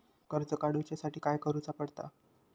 कर्ज काडूच्या साठी काय करुचा पडता?